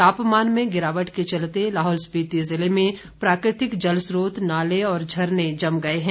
तापमान में गिरावट के चलते लाहौल स्पीति जिले में प्राकृतिक जलस्त्रोत नाले और झरने जम गए हैं